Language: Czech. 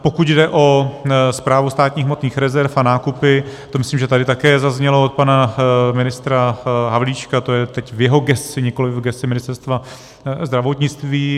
Pokud jde o Správu státních hmotných rezerv a nákupy, to myslím, že tady také zaznělo od pana ministra Havlíčka, to je teď v jeho gesci nikoli v gesci Ministerstva zdravotnictví.